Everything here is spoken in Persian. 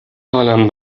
حالم